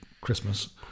Christmas